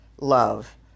love